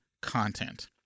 content